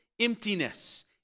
Emptiness